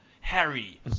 Harry